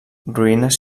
ruïnes